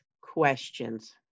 questions